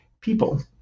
people